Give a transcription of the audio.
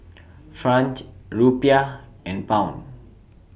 Franch Rupiah and Pound